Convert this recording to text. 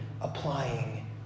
applying